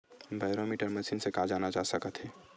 Barometer machine से का जाना जा सकत हे?